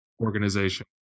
organization